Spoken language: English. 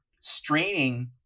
straining